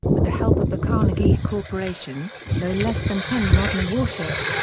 with the help of the carnegie corporation, no less than ten modern warships,